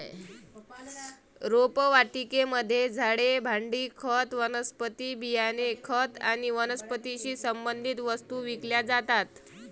रोपवाटिकेमध्ये झाडे, भांडी, खत, वनस्पती बियाणे, खत आणि वनस्पतीशी संबंधित वस्तू विकल्या जातात